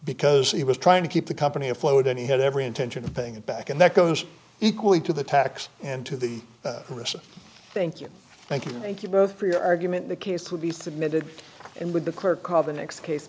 because he was trying to keep the company afloat and he had every intention of paying it back and that goes equally to the tax and to the recent thank you thank you thank you both for your argument the case will be submitted and with the clerk of the next case